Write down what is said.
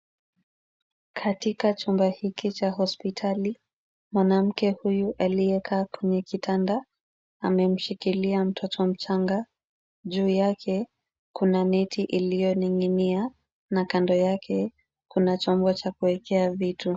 Katika chumba hiki cha hospitali, mwanamke huyu aliyekaa kwenye kitanda amemshikilia mtoto mchanga. Juu yake kuna neti iliyoning'inia na kando yake kuna chombo cha kuwekea vitu.